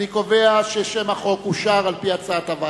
אני קובע ששם החוק אושר על-פי הצעת הוועדה.